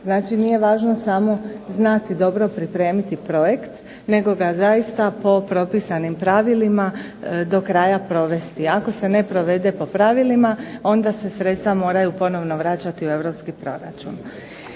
Znači nije važno znati samo dobro pripremiti projekt, nego ga zaista po propisanim pravilima do kraja provesti. Ako se ne provede po pravilima, onda se sredstva moraju ponovno vraćati u europski proračun.